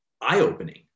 eye-opening